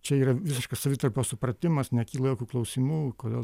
čia yra visiškas savitarpio supratimas nekyla klausimų kodėl